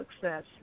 success